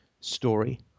story